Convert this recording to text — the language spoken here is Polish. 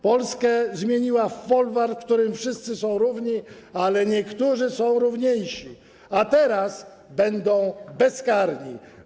Polskę zmieniła w folwark, w którym wszyscy są równi, ale niektórzy są równiejsi, a teraz będą bezkarni.